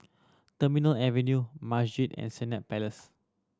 Terminal Avenue Masjid and Senett Palace